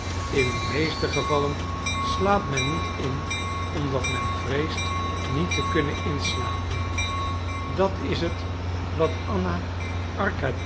in de meeste gevallen slaapt men niet in omdat men vreest niet te kunnen inslapen dat is het wat anna